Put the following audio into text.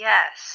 Yes